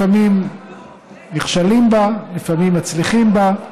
לפעמים נכשלים בה, לפעמים מצליחים בה,